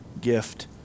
gift